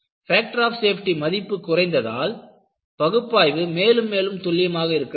factor of safety மதிப்பு குறைந்தால் பகுப்பாய்வு மேலும் மேலும் துல்லியமாக இருக்க வேண்டும்